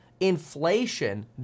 Inflation